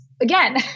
again